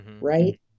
Right